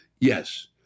yes